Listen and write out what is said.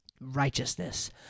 righteousness